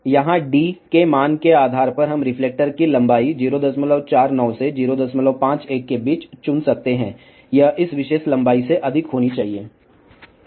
तो यहाँ d के मान के आधार पर हम रिफ्लेक्टर की लंबाई 049 से 051 के बीच चुन सकते हैं यह इस विशेष लंबाई से अधिक होनी चाहिए